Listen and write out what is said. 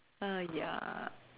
uh ya